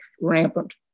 rampant